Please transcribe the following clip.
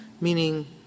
Meaning